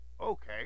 Okay